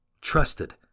trusted